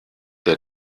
der